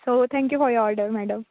so thank you for your order madam